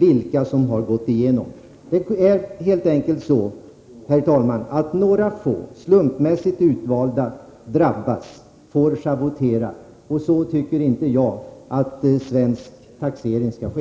vilka som har gått igenom. Det är helt enkelt så, herr talman, att det är några få, slumpmässigt utvalda, som drabbas och som får schavottera. Så tycker inte jag att svensk taxering skall ske.